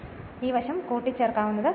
അതിനാൽ ഈ വശം കൂട്ടിച്ചേർക്കാവുന്നത്